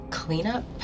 cleanup